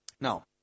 Now